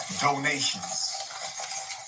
Donations